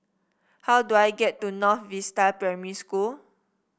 how do I get to North Vista Primary School